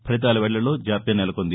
ఫలితాల వెల్లడిలో జాప్యం నెలకొంది